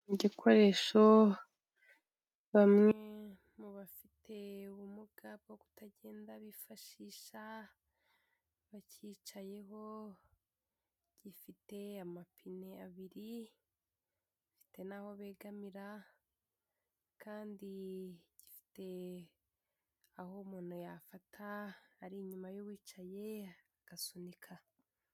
Igikoresho bamwe mu bafite ubumuga bwo kutagenda bifashisaha, bacyicayeho, gifite amapine abiri, gifite n'aho begamira kandi gifite aho umuntu yafata ari inyuma y'uwicaye agasunika.